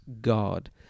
God